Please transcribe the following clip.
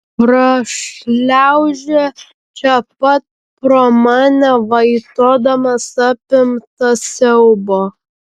prašliaužia čia pat pro mane vaitodamas apimtas siaubo